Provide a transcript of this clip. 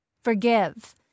forgive